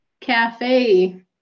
cafe